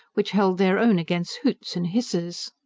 which held their own against hoots and hisses.